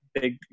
big